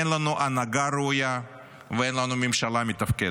אין לנו הנהגה ראויה ואין לנו ממשלה מתפקדת.